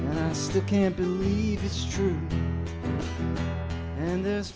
us the can't believe it's true and there's